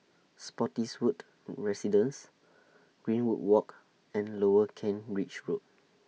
Spottiswoode Residences Greenwood Walk and Lower Kent Ridge Road